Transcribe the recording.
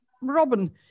Robin